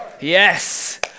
Yes